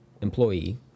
employee